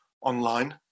online